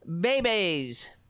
babies